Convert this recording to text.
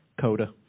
coda